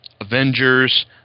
Avengers